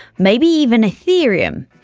maybe even ethereum,